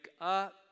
up